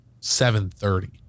7.30